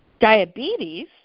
Diabetes